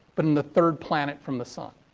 but in the third planet from the sun.